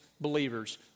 believers